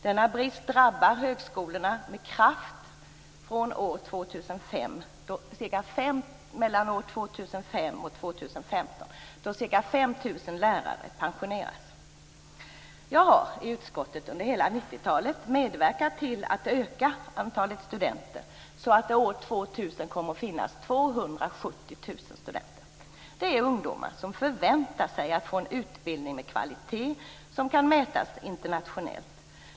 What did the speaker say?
Denna brist drabbar högskolorna med kraft mellan år 2005 och 2015 då ca 5 000 lärare pensioneras. Jag har i utskottet under hela 90-talet medverkat till att öka antalet studenter så att det år 2000 kommer att finnas 270 000 studenter. Det är ungdomar som förväntar sig att få en utbildning med kvalitet som kan mätas internationellt.